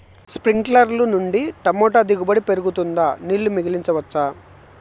స్ప్రింక్లర్లు నుండి టమోటా దిగుబడి పెరుగుతుందా? నీళ్లు మిగిలించవచ్చా?